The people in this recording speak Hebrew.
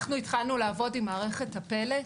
אנחנו התחלנו לעבוד עם מערכת הפלא,